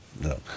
no